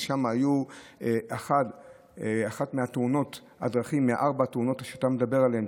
ששם הייתה אחת מארבע תאונות הדרכים שאתה מדבר עליהן,